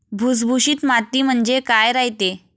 भुसभुशीत माती म्हणजे काय रायते?